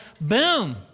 boom